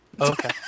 Okay